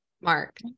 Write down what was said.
Mark